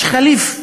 יש ח'ליף.